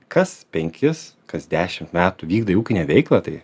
kas penkis kas dešimt metų vykdai ūkinę veiklą tai